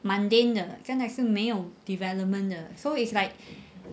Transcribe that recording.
mundane 的将来是没有 development 的 so it's like